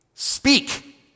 Speak